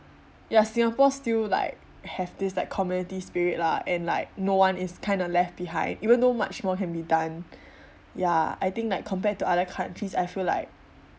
ya singapore still like have this like community spirit lah and like no one is kinda left behind even though much more can be done ya I think like compared to other countries I feel like